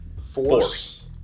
Force